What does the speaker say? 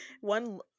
One